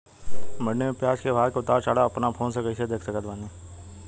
मंडी मे प्याज के भाव के उतार चढ़ाव अपना फोन से कइसे देख सकत बानी?